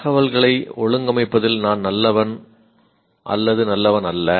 தகவல்களை ஒழுங்கமைப்பதில் நான் நல்லவன் நல்லவன் அல்ல